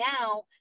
now